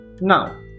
Now